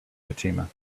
fatima